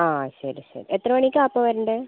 ആ ശരി ശരി എത്ര മണിക്കാണ് അപ്പോൾ വരേണ്ടത്